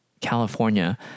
California